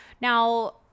now